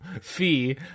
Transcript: fee